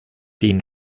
den